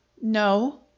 No